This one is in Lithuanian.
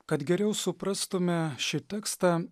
kad geriau suprastume šį tekstą